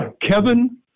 Kevin